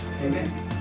Amen